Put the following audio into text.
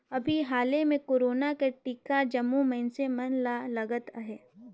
अभीं हाले में कोरोना कर टीका जम्मो मइनसे मन ल लगत अहे